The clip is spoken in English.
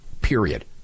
period